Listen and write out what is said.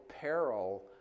peril